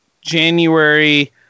January